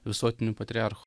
visuotiniu patriarchu